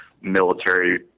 military